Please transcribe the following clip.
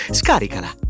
scaricala